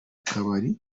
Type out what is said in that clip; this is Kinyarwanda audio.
kabari